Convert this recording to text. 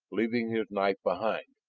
leaving his knife behind,